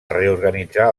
reorganitzar